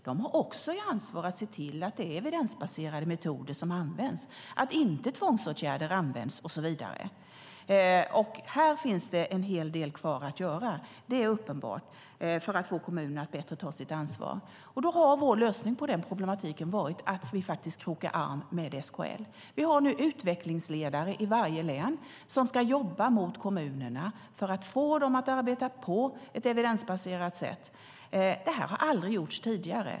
De har också ansvar för att se till att det är evidensbaserade metoder som används, att tvångsåtgärder inte används och så vidare. Här finns det uppenbart en hel del kvar att göra för att få kommunerna att bättre ta sitt ansvar. Vår lösning har varit att kroka arm med SKL. Vi har utvecklingsledare i varje län som ska jobba mot kommunerna för att få dem att arbeta på ett evidensbaserat sätt. Detta har aldrig gjorts tidigare.